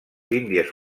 índies